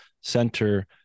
center